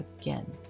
again